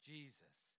Jesus